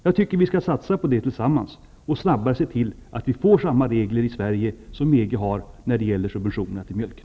Jag tycker att vi skall satsa på detta tillsammans och se till att vi snabbt får samma regler i Sverige som EG har när det gäller subventioner av mjölken.